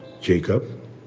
Jacob